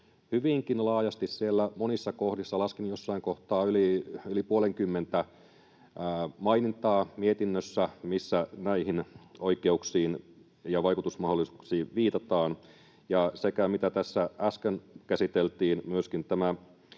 hyvinkin laajasti siellä monissa kohdissa mietintöä — laskin mietinnöstä jossain kohtaa yli puolenkymmentä mainintaa, missä näihin oikeuksiin ja vaikutusmahdollisuuksiin viitataan. Sekä se, mitä tässä äsken käsiteltiin,